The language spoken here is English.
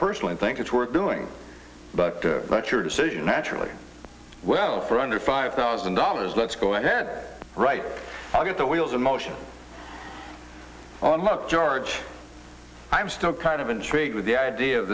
personally i think it's worth doing but your decision naturally well for under five thousand dollars let's go ahead right now get the wheels in motion on work george i'm still kind of intrigued with the idea of